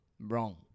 Wrong